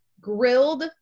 grilled